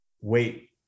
wait